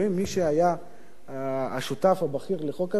מי שהיה השותף הבכיר לחוק הזה,